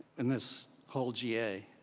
in this whole ga.